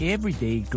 Everyday